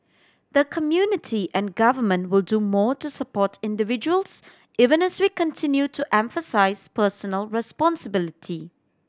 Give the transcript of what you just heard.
the community and government will do more to support individuals even as we continue to emphasise personal responsibility